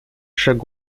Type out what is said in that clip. chaque